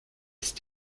ist